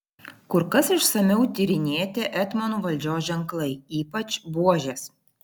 kur kas išsamiau tyrinėti etmonų valdžios ženklai ypač buožės